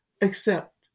accept